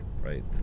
Right